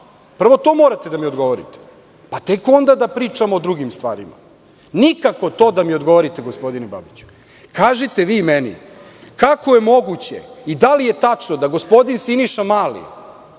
Prvo to morate da mi odgovorite, pa tek onda da pričamo o drugim stvarima. Nikako to da mi odgovorite, gospodine Babiću. Kažite vi meni, kako je moguće i da li je tačno da gospodin Siniša Mali